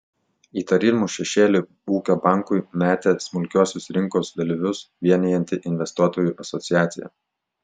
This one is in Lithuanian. įtarimų šešėlį ūkio bankui metė smulkiuosius rinkos dalyvius vienijanti investuotojų asociacija